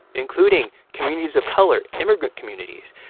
including communities of color, immigrant communities.